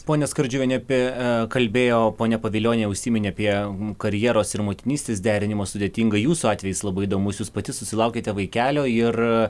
ponia skardžiuvienė apie kalbėjo ponia pavilionienė užsiminė apie karjeros ir motinystės derinimo sudėtingą jūsų atvejis labai įdomus jūs pati susilaukėte vaikelio ir